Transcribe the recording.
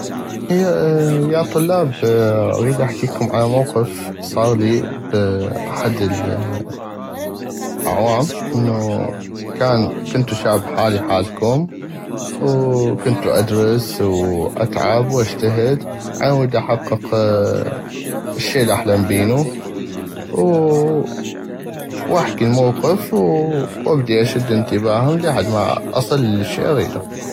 يا طلاب اغيد احكيلكم على موقف صاغلي باحد الاعوام انو كنتو شاب حالي حالكم كنتو ادرس واتعب واجتهد علمود احقق الشي الي احلم بينو واحكي الموقف وابدي اشد انتباهم لحد ما اصل للشي الاغيدو.